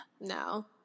No